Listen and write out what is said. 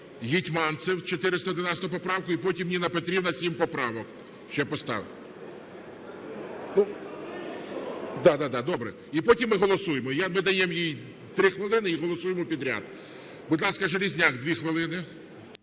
Гетманцев 411-а поправка і потім Ніна Петрівна сім поправок ще поставимо. Добре, і потім ми голосуємо, ми даємо їй 3 хвилини і голосуємо підряд. Будь ласка, Железняк 2 хвилини.